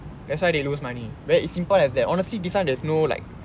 that's why they lose money where it's simple as that honestly this one there's no like